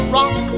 Rock